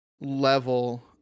level